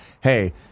hey